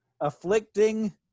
afflicting